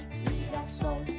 girasol